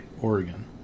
Oregon